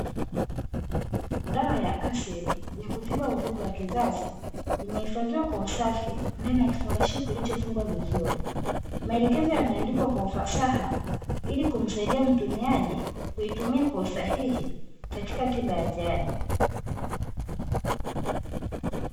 Dawa ya asili ya kutibu uvimbe wa kizazi imehifadhiwa kwa usafi ndani ya kifungashio kilichofungwa vizuri. Maelekezo yameandikwa kwa ufasaha ili kumsaidia mtumiaji kuitumia kwa usahihi katika tiba ya jadi.